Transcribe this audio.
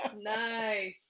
Nice